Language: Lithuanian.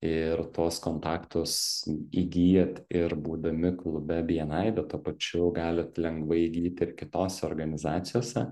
ir tuos kontaktus įgyjat ir būdami klube bni bet tuo pačiu galit lengvai įgyti ir kitose organizacijose